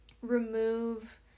remove